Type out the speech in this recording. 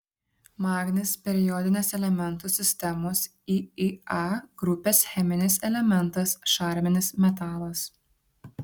magnis periodinės elementų sistemos iia grupės cheminis elementas šarminis metalas